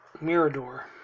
Mirador